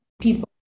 people